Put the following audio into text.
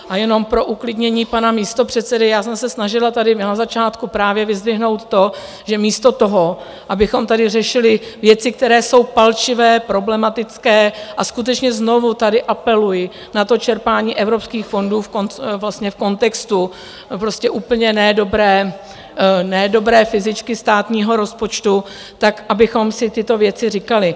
A jenom pro uklidnění pana místopředsedy, já jsem se snažila tady na začátku právě vyzdvihnout to, že místo toho, abychom tady řešili věci, které jsou palčivé, problematické a skutečně znovu tady apeluji na to čerpání evropských fondů v kontextu úplně ne dobré fyzičky státního rozpočtu, tak abychom si tyto věci říkali.